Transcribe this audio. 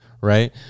right